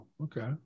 okay